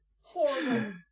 Horrible